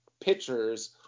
pitchers